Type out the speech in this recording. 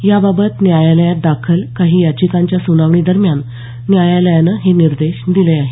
याबाबत न्यायालयात दाखल काही याचिकांच्या सुनावणीदरम्यान न्यायालयानं हे निर्देश दिले आहेत